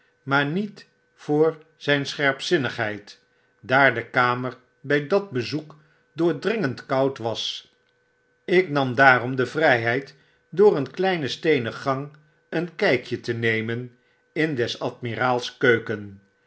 maar niet voor zijn scherpzinnigheid daar de kamer by dat bezoek doordringend koud was ik nam daarom de vryheid door een kleinen steenen gang een kykje te nemen in des admiraals keuken